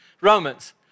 Romans